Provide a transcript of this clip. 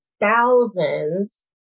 thousands